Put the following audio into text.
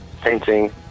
painting